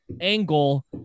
angle